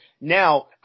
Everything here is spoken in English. Now